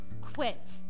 quit